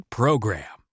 program